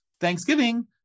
Thanksgiving